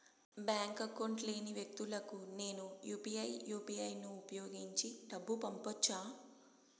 Bank account లేని వ్యక్తులకు నేను యు పి ఐ యు.పి.ఐ ను ఉపయోగించి డబ్బు పంపొచ్చా?